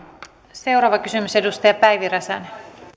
seuraava kysymys edustaja päivi räsänen